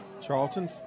Charlton